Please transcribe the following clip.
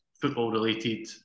football-related